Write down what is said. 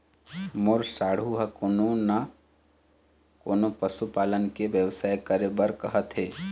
मोर साढ़ू ह कोनो न कोनो पशु पालन के बेवसाय करे बर कहत हे